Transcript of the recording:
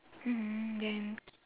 mmhmm then